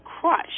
crush